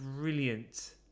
brilliant